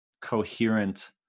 coherent